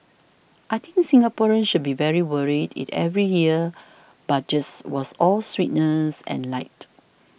I think Singaporeans should be very worried it every year's Budgets was all sweetness and light